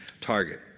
target